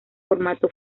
formato